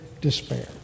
despair